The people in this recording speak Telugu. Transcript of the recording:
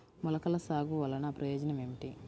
మొలకల సాగు వలన ప్రయోజనం ఏమిటీ?